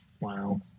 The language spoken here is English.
Wow